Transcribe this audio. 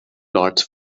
plots